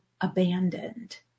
abandoned